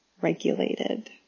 regulated